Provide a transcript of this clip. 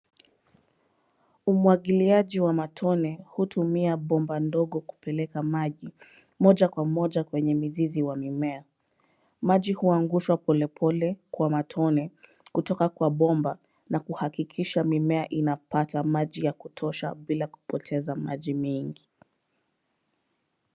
Umwagiliaji wa matone hutumia bomba ndogo kupeleka maji, moja kwa moja kwenye mizizi wa mimea. Maji huangushwa pole pole kwa matone kutoka kwa bomba na kuhakikisha mimea inapata maji ya kutosha bila kupoteza maji mengi.